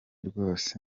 rwose